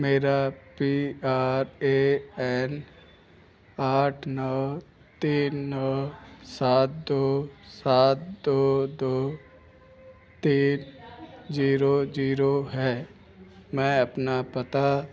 ਮੇਰਾ P R A N ਅੱਠ ਨੌ ਤਿੰਨ ਨੌ ਸੱਤ ਦੋ ਸੱਤ ਦੋ ਦੋ ਤਿੰਨ ਜ਼ੀਰੋ ਜ਼ੀਰੋ ਹੈ ਮੈਂ ਆਪਣਾ ਪਤਾ